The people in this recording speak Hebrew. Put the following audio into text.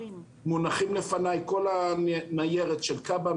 מונחת לפניי כל הניירת של כב"א,